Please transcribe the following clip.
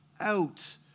out